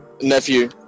Nephew